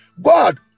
God